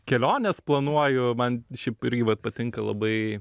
keliones planuoju man šiaip irgi va patinka labai